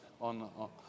on